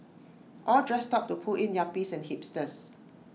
all dressed up to pull in yuppies and hipsters